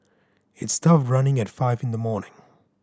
it's tough running at five in the morning